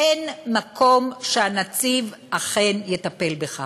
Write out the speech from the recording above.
אין מקום שהנציב יטפל בכך.